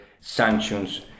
sanctions